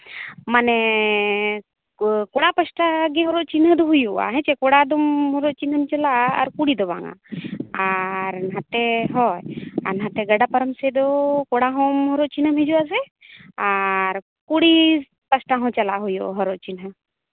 ᱢᱟᱱᱮ ᱠᱚᱲᱟ ᱯᱟᱥᱴᱟ ᱜᱮ ᱦᱚᱨᱚᱜ ᱪᱤᱱᱦᱟᱹ ᱦᱩᱭᱩᱜᱼᱟ ᱦᱮᱸ ᱪᱮ ᱠᱚᱲᱟ ᱫᱚᱢ ᱦᱚᱨᱚᱜ ᱪᱤᱱᱦᱟᱹᱢ ᱪᱟᱞᱟᱜᱼᱟ ᱟᱨ ᱠᱩᱲᱤ ᱫᱚ ᱵᱟᱝᱟ ᱟᱨ ᱱᱟᱛᱮ ᱦᱚᱸ ᱱᱟᱛᱮ ᱜᱟᱰᱟ ᱯᱟᱨᱚᱢ ᱥᱮᱫ ᱫᱚ ᱠᱚᱲᱟ ᱦᱚᱸ ᱦᱚᱨᱚᱜ ᱪᱤᱱᱦᱟᱹᱢ ᱦᱤᱡᱩᱜ ᱟᱥᱮ ᱟᱨ ᱠᱩᱲᱤ ᱯᱟᱥᱴᱟ ᱦᱚᱸ ᱪᱟᱞᱟᱜ ᱦᱩᱭᱩᱜᱼᱟ ᱦᱚᱨᱚᱜ ᱪᱤᱱᱦᱟᱹ